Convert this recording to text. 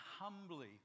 humbly